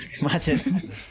Imagine